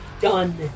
Done